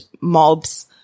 mobs